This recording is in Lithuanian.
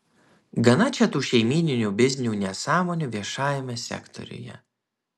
gana čia tų šeimyninių biznių nesąmonių viešajame sektoriuje